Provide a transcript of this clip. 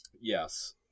Yes